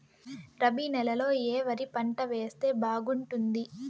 రబి నెలలో ఏ వరి పంట వేస్తే బాగుంటుంది